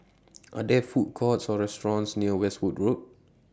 Are There Food Courts Or restaurants near Westwood Road